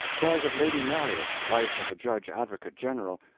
tells of lady marriott, wife of a judge advocate general,